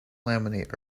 laminate